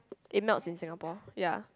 it melts in Singapore